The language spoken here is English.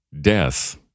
death